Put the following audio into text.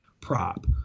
prop